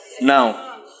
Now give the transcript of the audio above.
Now